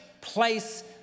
place